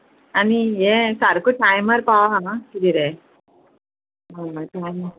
आनी हें सारको टायमार पाव हांगा कितें रे